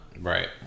Right